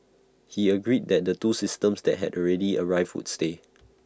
he agreed that the two systems that had already arrived full stay